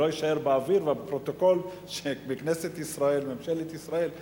שלא יישאר באוויר ובפרוטוקול של כנסת ישראל: ממשלת ישראל נותנת.